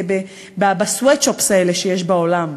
ב-sweatshops האלה שיש בעולם,